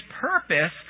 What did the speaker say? purpose